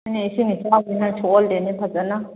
ꯏꯁꯤꯡ ꯏꯆꯥꯎꯁꯤꯅ ꯁꯣꯛꯍꯜꯂꯦꯅ ꯐꯖꯅ